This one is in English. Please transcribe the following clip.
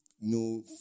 no